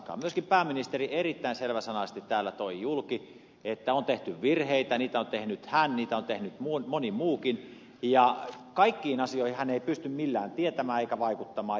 myöskin pääministeri erittäin selväsanaisesti toi täällä julki että on tehty virheitä niitä on tehnyt hän niitä on tehnyt moni muukin ja kaikkia asioita hän ei pysty millään tietämään eikä pysty niihin vaikuttamaan